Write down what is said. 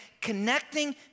connecting